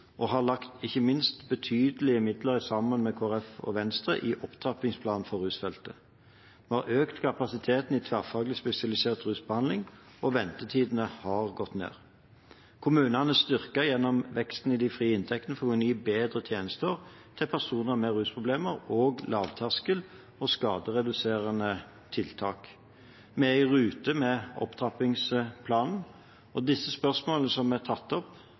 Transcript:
og har ikke minst lagt betydelige midler – sammen med Kristelig Folkeparti og Venstre – i opptrappingsplan for rusfeltet. Vi har økt kapasiteten i tverrfaglig spesialisert rusbehandling, og ventetidene har gått ned. Kommunene er styrket gjennom veksten i de frie inntektene for å kunne gi bedre tjenester til personer med rusproblemer og gi lavterskel- og skadereduserende tiltak. Vi er i rute med opptrappingsplanen, og de spørsmålene som er tatt opp,